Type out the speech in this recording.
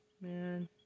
man